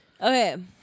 Okay